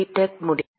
tech முடிக்கிறாய்